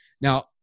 Now